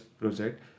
project